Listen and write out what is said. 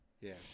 yes